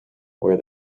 where